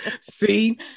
See